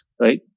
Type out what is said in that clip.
right